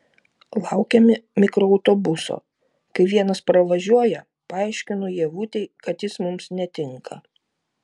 laukiame mikroautobuso kai vienas pravažiuoja paaiškinu ievutei kad jis mums netinka